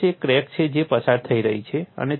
તમારી પાસે એક ક્રેક છે જે પસાર થઈ રહી છે